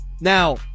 Now